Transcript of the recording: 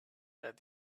that